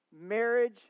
marriage